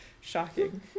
Shocking